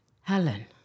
Helen